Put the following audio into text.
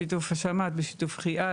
בשיתוף --- בשיתוף חיא"ל.